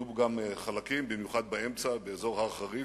יהיו בו גם חלקים, במיוחד באמצע, באזור הר-חריף,